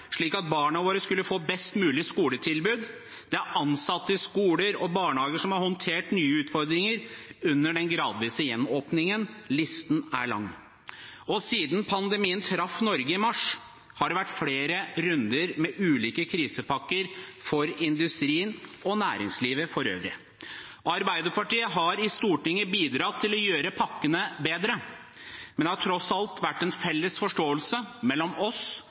slik at barna våre skulle få best mulige skoletilbud. Det er ansatte i skoler og barnehager, som har håndtert nye utfordringer under den gradvise gjenåpningen. Listen er lang. Siden pandemien traff Norge i mars, har det vært flere runder med ulike krisepakker for industrien og næringslivet for øvrig. Arbeiderpartiet har i Stortinget bidratt til å gjøre pakkene bedre, men det har tross alt vært en felles forståelse mellom oss